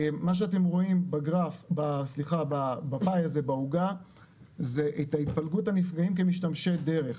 מה שאתם רואים בעוגה את התפלגות הנפגעים כמשתמשי דרך.